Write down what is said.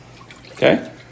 Okay